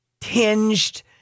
tinged